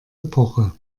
epoche